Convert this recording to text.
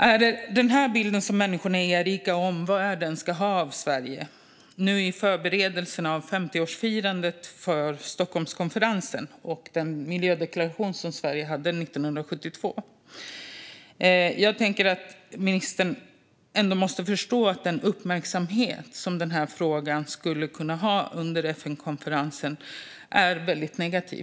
Är det den här bilden som människorna i Arica och omvärlden ska ha av Sverige, nu inför förberedelserna av 50-årsfirandet av Stockholmskonferensen och den miljödeklaration som Sverige antog 1972? Jag tänker att ministern ändå måste förstå att uppmärksamheten som den här frågan skulle kunna få under FN-konferensen är väldigt negativ.